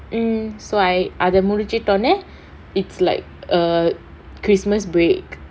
mm so I அத முடிச்சிடோனே:atha mudichitonae it's like a christmas break